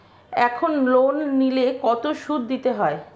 এখন লোন নিলে কত সুদ দিতে হয়?